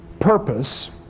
purpose